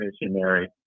missionary